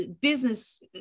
business